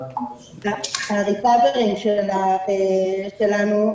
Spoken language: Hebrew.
ה-Recovery שלנו,